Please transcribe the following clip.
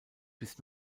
bis